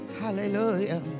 hallelujah